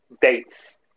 dates